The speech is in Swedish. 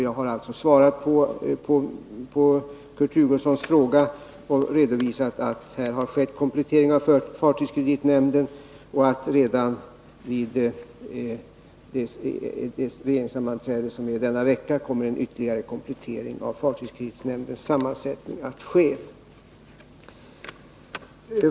Jag har alltså svarat på Kurt Hugossons fråga och redovisat att en komplettering av fartygskreditnämnden har skett och att en ytterligare komplettering av nämndens sammansättning kommer att ske redan vid regeringssammanträdet denna vecka.